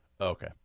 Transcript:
Okay